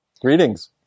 Greetings